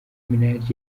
minaj